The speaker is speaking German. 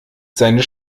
seine